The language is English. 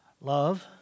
Love